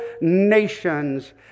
nations